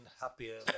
happier